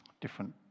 different